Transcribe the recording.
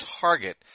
target